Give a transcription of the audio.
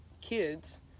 kids